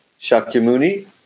Shakyamuni